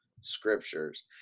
Scriptures